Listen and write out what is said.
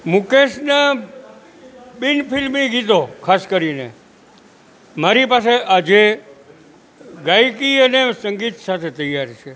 મુકેશના બિનફિલ્મી ગીતો ખાસ કરીને મારી પાસે આજે ગાયકી અને સંગીત સાથે તૈયાર છે